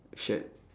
shirt